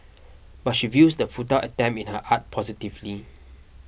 but she views the futile attempt in her art positively